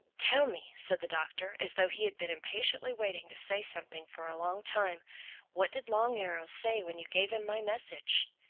tell me, said the doctor as though he had been impatiently waiting to say something for a long time what did long arrow say when you gave him my message?